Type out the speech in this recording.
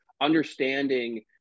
understanding